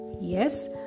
Yes